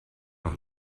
noch